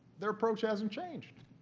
their approach hasn't changed.